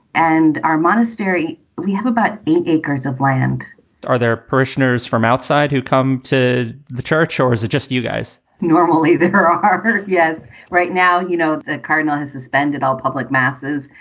and our monastery, we have about eight acres of land are there parishioners from outside who come to the church or is it just you guys? normally they ah are heard. yes. right now, you know, the cardinal has suspended all public masses.